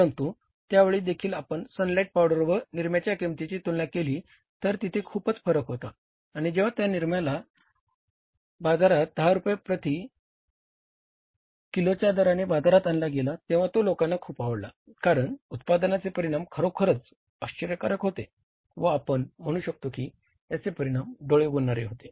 परंतु त्या वेळी देखील आपण सनलाईट पावडर व निरम्याच्या किंमतींची तुलना केली तर तिथे खूप फरक होता आणि जेव्हा या निर्मला बाजारात १० रूपये प्रती किलोच्या दराने बाजारात आणला गेला तेंव्हा तो लोकांना खूप आवडला कारण उत्पादनाचे परिणाम खरोखरच आश्चर्यकारक होते व आपण म्हणू शकतो की याचे परिणाम डोळे उघडणारे होते